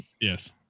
yes